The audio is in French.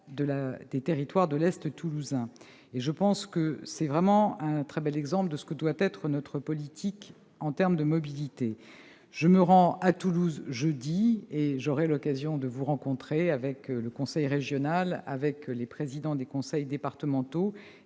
des territoires de l'est toulousain. Il s'agit vraiment d'un très bel exemple de ce que doit être notre politique en termes de mobilité. Je me rends à Toulouse jeudi. J'aurai l'occasion de vous y rencontrer avec les membres du conseil régional et les présidents des conseils départementaux,